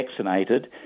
vaccinated